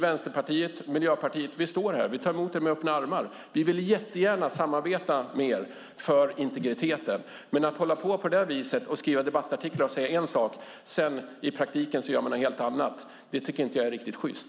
Vänsterpartiet och Miljöpartiet tar emot er med öppna armar. Vi vill gärna samarbeta med er för integriteten. Men att göra som ni gör och skriva debattartiklar där ni säger en sak och sedan göra något helt annat är inte riktigt sjyst.